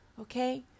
Okay